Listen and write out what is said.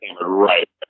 right